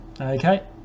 Okay